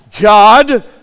God